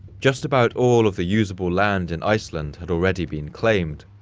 just about all of the usable land in iceland had already been claimed,